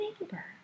neighbor